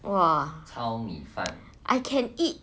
!wah! I can eat